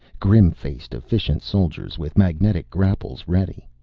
grim-faced, efficient soldiers with magnetic grapples ready.